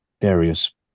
various